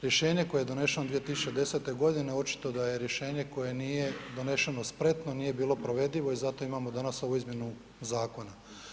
Rješenje koje je doneseno 2010. g. očito je da je rješenje koje nije donešeno spretno, nije bilo provedivo i zato imamo danas ovu izmjenu zakona.